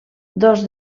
dos